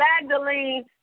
Magdalene